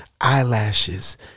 eyelashes